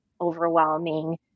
overwhelming